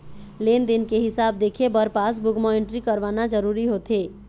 लेन देन के हिसाब देखे बर पासबूक म एंटरी करवाना जरूरी होथे